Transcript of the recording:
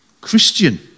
Christian